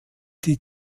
die